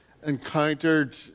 encountered